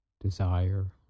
desire